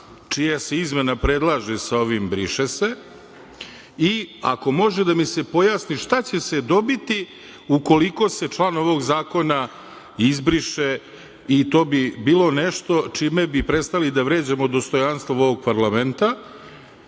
čija se izmena predlaže sa ovim „briše se“ i ako može da mi se pojasni šta će se dobiti ukoliko se član ovog zakona izbriše i to bi bilo nešto čime bi prestali da vređamo dostojanstvo ovog parlamenta